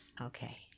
Okay